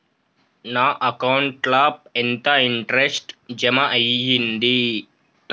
నా అకౌంట్ ల ఎంత ఇంట్రెస్ట్ జమ అయ్యింది?